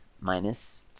minus